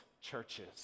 churches